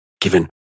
Given